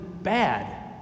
bad